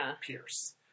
Pierce